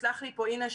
ותסלח לי פה אינה,